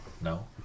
No